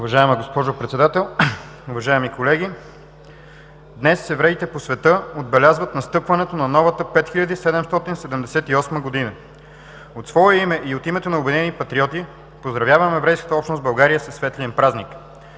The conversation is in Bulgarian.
Уважаема госпожо Председател, уважаеми колеги! Днес евреите по света отбелязват настъпването на Новата 5778 г. От свое име и от името на „Обединени патриоти“ поздравявам еврейската общност в България със светлия им празник!